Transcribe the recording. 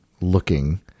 looking